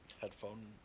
headphone